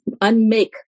unmake